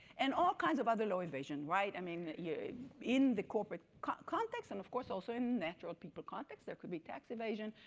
and all kinds of other law evasion, right? i mean in the corporate context and, of course, also in natural people context, there could be tax evasion.